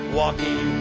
walking